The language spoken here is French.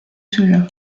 cela